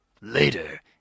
Later